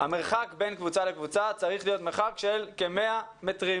המרחק בין קבוצה לקבוצה צריך להיות מרחק של כ-100 מטרים.